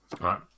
Right